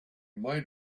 might